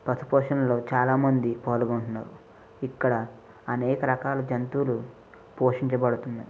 పశుపోషణలో చాలామంది పాల్గొంటున్నారు ఇక్కడ అనేక రకాలు జంతువులు పోషించబడుతున్నాయి